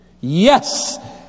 Yes